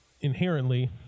inherently